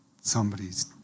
somebody's